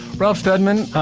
ralph steadman.